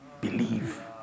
Believe